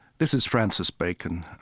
this is francis bacon,